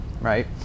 right